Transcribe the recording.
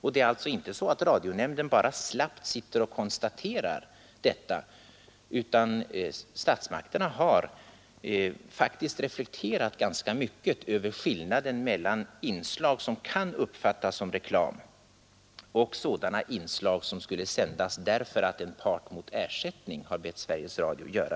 Radionämnden sitter alltså inte bara slappt och konstaterar detta, utan statsmakterna har faktiskt reflekterat ganska mycket över skillnaden mellan inslag som kan uppfattas som reklam och inslag som skulle sändas mot vederlag.